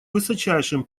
высочайшим